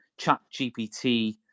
ChatGPT